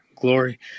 Glory